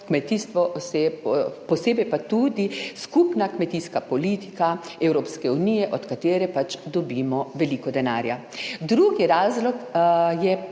kmetijstvo, posebej pa tudi skupna kmetijska politika Evropske unije, od katere pač dobimo veliko denarja. Drugi razlog je